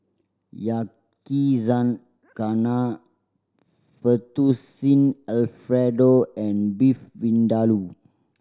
Yakizakana Fettuccine Alfredo and Beef Vindaloo